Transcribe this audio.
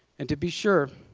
and to be sure,